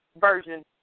version